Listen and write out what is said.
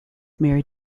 married